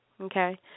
okay